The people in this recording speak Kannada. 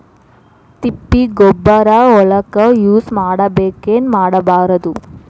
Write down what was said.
ತಿಪ್ಪಿಗೊಬ್ಬರ ಹೊಲಕ ಯೂಸ್ ಮಾಡಬೇಕೆನ್ ಮಾಡಬಾರದು?